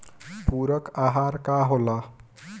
पुरक अहार का होला?